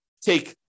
Take